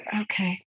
Okay